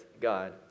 God